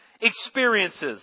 experiences